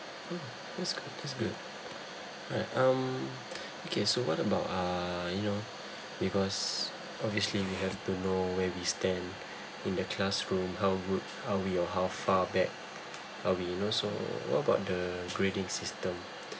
mmhmm that's good that's good alright um okay so what about uh you know because obviously we have to know where we stand in the classroom how would how we or how far back are we you know so what about the grading system